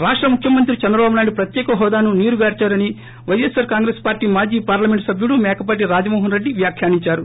రాష్ట ముఖ్యమంత్రి చంద్రబాబు నాయుడు ప్రత్యేక హోదాను నీరుగార్సారని పైఎస్సార్ కాంగ్రెస్ పార్లే మాజీ పార్లమెంటు సభ్యుడు మేకపాటి రాజమోహనరెడ్డి వ్యాఖ్యానించారు